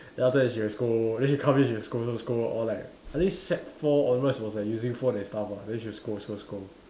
then after that she will scold then she come in she will scold scold scold or like I think sec four onwards was like using phone and stuff ah then she'll scold scold scold